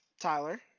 Tyler